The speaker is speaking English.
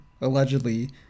allegedly